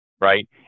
right